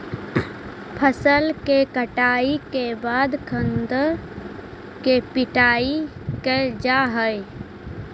फसल के कटाई के बाद खाद्यान्न के पिटाई कैल जा हइ